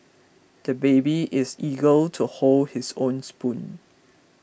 the baby is eager to hold his own spoon